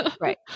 Right